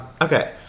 Okay